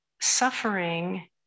suffering